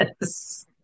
yes